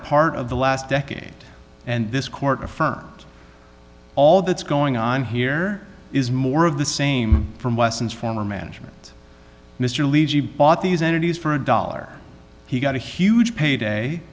part of the last decade and this court affirmed all that's going on here is more of the same from weston's former management mr levy bought these entities for a dollar he got a huge payday